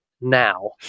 now